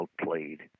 outplayed